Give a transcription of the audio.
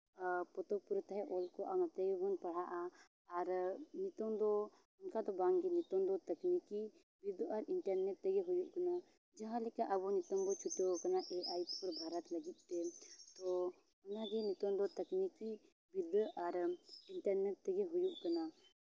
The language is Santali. ᱟᱨ ᱯᱚᱛᱚᱵ ᱠᱚᱨᱮ ᱛᱟᱦᱮᱸ ᱚᱞᱠᱚ ᱟᱨ ᱚᱱᱟᱛᱮᱜᱮ ᱵᱚᱱ ᱯᱟᱲᱦᱟᱜᱼᱟ ᱟᱨ ᱧᱩᱛᱩᱢ ᱫᱚ ᱚᱱᱠᱟ ᱫᱚ ᱵᱟᱝᱜᱮ ᱧᱩᱛᱩᱢ ᱫᱚ ᱛᱟᱠᱱᱤᱠᱤ ᱵᱤᱨᱫᱟᱹ ᱟᱨ ᱤᱱᱴᱟᱨᱱᱮᱴ ᱛᱮᱜᱮ ᱦᱩᱭᱩᱜ ᱠᱟᱱᱟ ᱡᱟᱦᱟᱸ ᱞᱮᱠᱟ ᱟᱵᱚ ᱱᱤᱛᱚᱝ ᱟᱵᱚ ᱵᱚᱱ ᱪᱷᱩᱴᱟᱹᱣ ᱠᱟᱱᱟ ᱮ ᱟᱭ ᱯᱷᱳᱨ ᱵᱷᱟᱨᱚᱛ ᱞᱟᱹᱜᱤᱫ ᱛᱮ ᱛᱳ ᱚᱱᱟᱜᱮ ᱱᱤᱛᱚᱝ ᱫᱚ ᱛᱟᱠᱱᱤᱠᱤ ᱵᱤᱨᱫᱟᱹ ᱟᱨ ᱤᱱᱴᱟᱨᱱᱮᱴ ᱛᱮᱜᱮ ᱦᱩᱭᱩᱜ ᱠᱟᱱᱟ